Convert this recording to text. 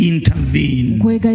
Intervene